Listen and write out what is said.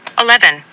Eleven